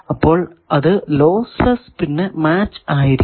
അപ്പോൾ അത് lossless പിന്നെ മാച്ച് ആയിരിക്കണം